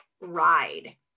ride